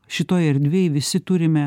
šitoj erdvėj visi turime